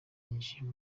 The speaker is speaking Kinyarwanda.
yinjiye